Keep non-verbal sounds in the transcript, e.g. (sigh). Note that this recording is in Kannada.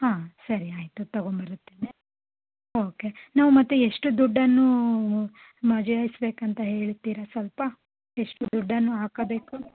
ಹಾಂ ಸರಿ ಆಯಿತು ತಗೊಂಬರುತ್ತೇನೆ ಓಕೆ ನಾವು ಮತ್ತೆ ಎಷ್ಟು ದುಡ್ಡನ್ನು (unintelligible) ಅಂತ ಹೇಳ್ತೀರಾ ಸ್ವಲ್ಪ ಎಷ್ಟು ದುಡ್ಡನ್ನು ಹಾಕಬೇಕು